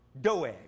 Doeg